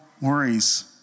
worries